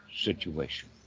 situation